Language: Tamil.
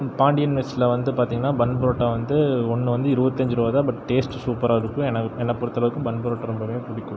பாண்டியன் மெஸ்ஸில வந்து பாத்தீங்கனா பன் பரோட்டா வந்து ஒன்று வந்து இருபத்தி அஞ்சிரூவாதான் பட் டேஸ்ட் சூப்பராக இருக்கும் எனக்கு என்ன பொருத்தளவுக்கு பன் பரோட்டா ரொம்பவுமே பிடிக்கும்